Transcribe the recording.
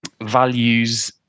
values